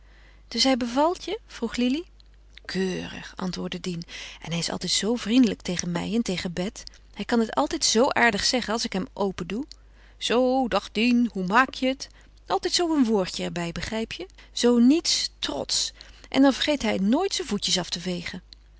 dus hij bevalt je vroeg lili keurig antwoordde dien en hij is altijd zoo vriendelijk tegen mij en tegen bet hij kan het altijd zoo aardig zeggen als ik hem opendoe zoo dag dien hoe maak je het altijd zoo een woordje er bij begrijp je zoo niets trotsch en dan vergeet hij nooit zijn voetjes af te vegen